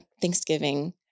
Thanksgiving